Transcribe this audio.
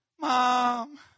mom